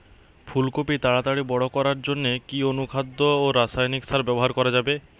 ফুল কপি তাড়াতাড়ি বড় করার জন্য কি অনুখাদ্য ও রাসায়নিক সার ব্যবহার করা যাবে?